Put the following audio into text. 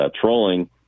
trolling